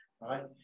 right